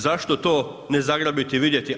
Zašto to ne zagrabit i vidjeti?